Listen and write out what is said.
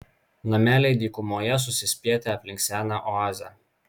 nameliai dykumoje susispietę aplink seną oazę